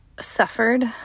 suffered